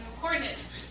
Coordinates